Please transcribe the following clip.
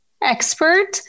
expert